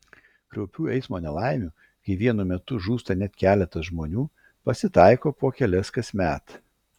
kraupių eismo nelaimių kai vienu metu žūsta net keletas žmonių pasitaiko po kelias kasmet